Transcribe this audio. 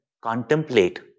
contemplate